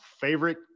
Favorite